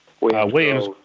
Williams